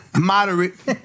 Moderate